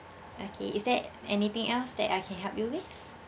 okay is there anything else that I can help you with